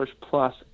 plus